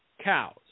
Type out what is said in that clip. cows